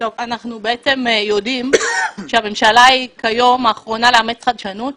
אנחנו בעצם יודעים שהממשלה היא כיום האחרונה לאמץ חדשנות.